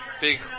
big